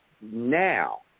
now